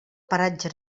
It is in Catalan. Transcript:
paratge